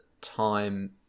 time